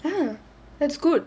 !huh! that's good